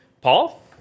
Paul